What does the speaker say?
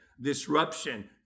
disruption